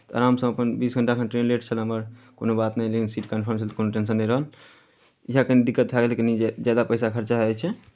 आरामसँ अपन बीस घण्टा ट्रेन लेट छलय हमर कोनो बात नहि जखन सीट कन्फर्म छै तऽ कोनो टेंशन नहि रहल इएह कनि दिक्कत भए गेलै कनि जे जादा पैसा खर्चा भऽ जाइत छै